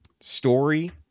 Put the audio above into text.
story